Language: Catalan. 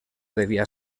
devia